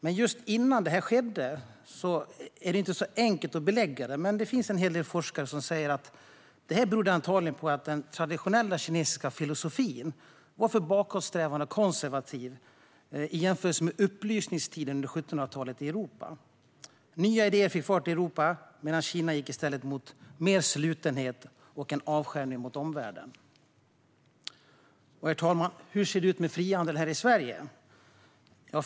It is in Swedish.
Det är inte så enkelt att belägga, men det finns en hel del forskare som säger att detta antagligen berodde på att den traditionella kinesiska filosofin var för bakåtsträvande och konservativ i jämförelse med upplysningstiden under 1700-talet i Europa. Nya idéer fick fart i Europa, medan Kina i stället gick mot mer slutenhet och en avskärmning mot omvärlden. Herr talman! Hur ser det ut med frihandel här i Sverige?